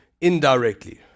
indirectly